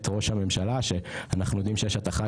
את ראש הממשלה שאנחנו יודעים שיש הטחה